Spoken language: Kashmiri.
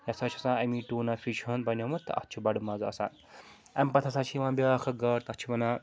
یہِ ہَسا چھُ آسان اَمی ٹوٗنا فِش ہُنٛد بَنیٛومُت اَتھ چھُ بَڈٕ مَزٕ آسان اَمہِ پَتہٕ ہَسا چھِ یِوان بیٛاکھ اَکھ گاڈ تَتھ چھِ وَنان